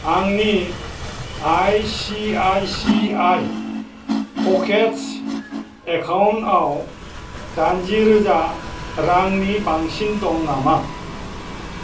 आंनि आइसिआइसिआइ प'केट्स एकाउन्टाव दाइनजिरोजा रांनि बांसिन दं नामा